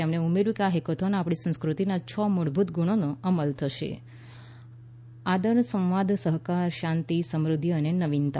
તેમણે ઉમેર્યું કે આ હેકાથોન આપણી સંસ્કૃતિના છ મૂળભૂત ગુણોનો અમલ થશેઃ આદર સંવાદ સહકાર શાંતિ સમૃદ્ધિ અને નવીનતા